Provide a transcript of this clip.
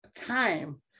time